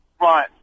Right